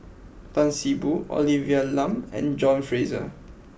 Tan See Boo Olivia Lum and John Fraser